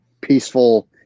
peaceful